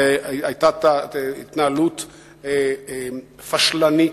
היתה התנהלות פשלנית,